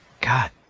God